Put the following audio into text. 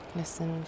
Listen